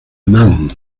nan